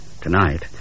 Tonight